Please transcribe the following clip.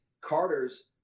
Carter's